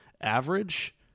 average